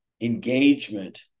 engagement